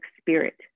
spirit